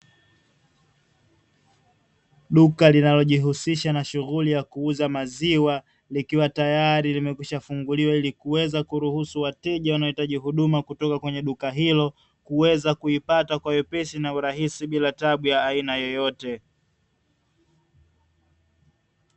Duka linalojihusisha na shughuli ya kuuza maziwa, likiwa tayari limekwisha funguliwa ili kuweza kuruhusu wateja wanaohitaji huduma kutoka kwenye duka hilo, kuweza kuipata kwa wepesi na urahisi bila tabu ya aina yoyote.